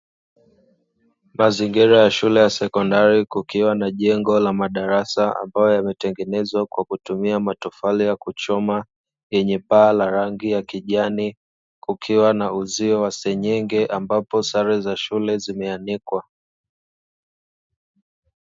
Mazingira ya shule ya sekondari kukiwa na jengo la madarasa ambayo yametengenezwa kwa kutumia matofali ya kuchoma, yenye paa la rangi ya kijani; kukiwa na uzio wa senyenge ambapo sare za shule zimeanikwa.